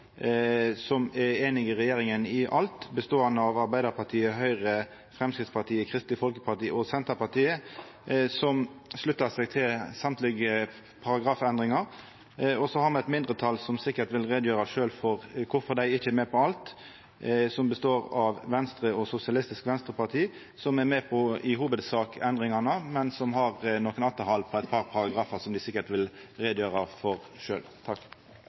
beståande av Arbeidarpartiet, Høgre, Framstegspartiet, Kristeleg Folkeparti og Senterpartiet, som er einig med regjeringa i alt, og som sluttar seg til alle paragrafendringar. Og så har me eit mindretal, som består av Venstre og Sosialistisk Venstreparti, som sikkert sjølve vil gjera greie for kvifor dei ikkje er med på alt. Dei er i hovudsak med på endringane, men har nokre atterhald på eit par paragrafar, som dei sikkert vil gjera greie for